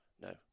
No